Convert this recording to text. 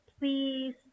Please